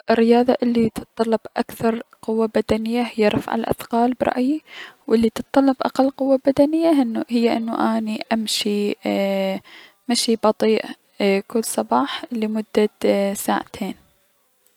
الرياضة الي تتطلب اكثر قوة بدنية هي رفع الأثقال برأيي و الي تتطلب اقل قوة بدنية هن هي انو اني امشي اي- مشي بطيء كل صباح لمدة ساعدين.